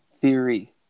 theory